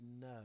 no